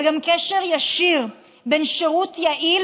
וגם קשר ישיר בין שירות יעיל,